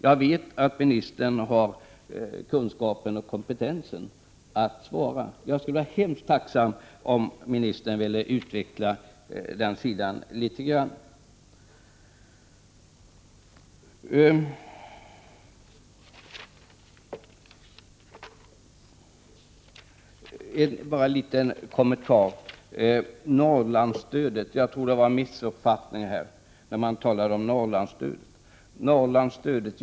Jag vet att ministern har den kunskap och den kompetens som behövs för att svara. Jag skulle vara mycket tacksam om ministern något ville utveckla den sidan av saken. Slutligen vill jag bara göra en liten kommentar. När man här talade om Norrlandsstödet tror jag att det förelåg en missuppfattning.